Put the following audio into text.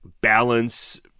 balance-